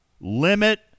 Limit